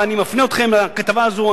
ואני מפנה אתכם לכתבה הזאת,